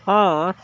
اور